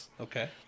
Okay